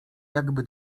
jakby